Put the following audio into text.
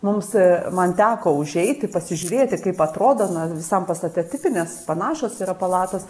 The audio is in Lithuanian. mums man teko užeiti pasižiūrėti kaip atrodo na visam pastate tipinės panašios yra palatos